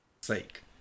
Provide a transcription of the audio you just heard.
sake